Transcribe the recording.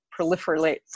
proliferate